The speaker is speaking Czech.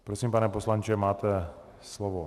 Prosím, pane poslanče, máte slovo.